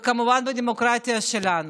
וכמובן בדמוקרטיה שלנו,